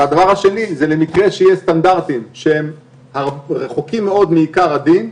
הדבר השני זה למקרה שיהיו סטנדרטים שהם רחוקים מאוד מעיקר הדין,